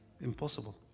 impossible